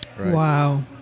Wow